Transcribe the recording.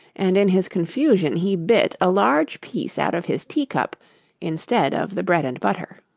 and in his confusion he bit a large piece out of his teacup instead of the bread-and-butter.